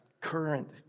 current